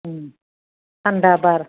थान्दा बार